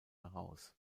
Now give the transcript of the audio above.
heraus